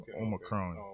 Omicron